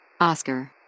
Oscar